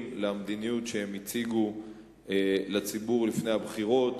למדיניות שהם הציגו לציבור לפני הבחירות.